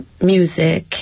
music